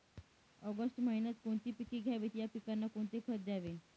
August महिन्यात कोणती पिके घ्यावीत? या पिकांना कोणते खत द्यावे?